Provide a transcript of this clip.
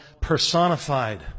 personified